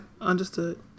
Understood